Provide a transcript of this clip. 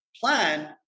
plan